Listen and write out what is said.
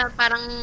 parang